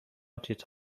تیتر